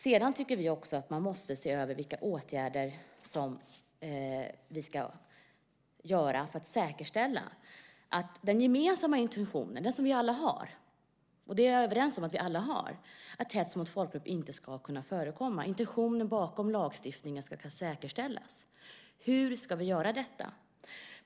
Sedan tycker vi också att man måste se över vilka åtgärder som ska vidtas för att säkerställa att den gemensamma intuitionen bakom lagstiftningen och som vi alla har, att hets mot folkgrupp inte ska kunna förekomma, ska säkerställas. Hur ska vi göra detta?